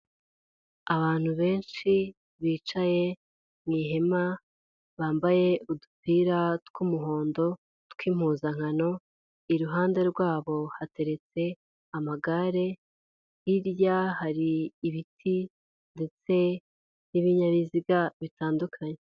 Abantu benshi bicaye mu ihema bambaye udupira tw'umuhondo tw'impuzankano, iruhande rwabo hateretse amagare, hirya hari ibiti ndetse n'ibinyabiziga bitandukanye.